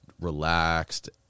relaxed